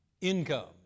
income